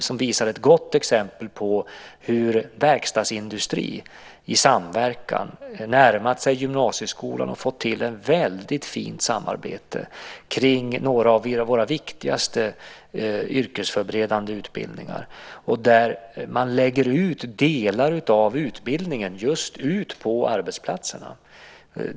Där finns ett gott exempel på hur verkstadsindustri i samverkan närmat sig gymnasieskolan och skapat ett mycket fint samarbete kring några av våra viktigaste yrkesförberedande utbildningar. Man lägger ut delar av utbildningen på just arbetsplatserna.